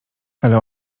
ale